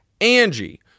Angie